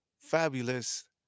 fabulous